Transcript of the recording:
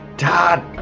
Todd